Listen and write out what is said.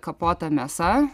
kapota mėsa